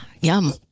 Yum